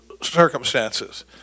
circumstances